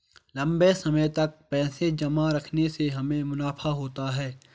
लंबे समय तक पैसे जमा रखने से हमें मुनाफा होता है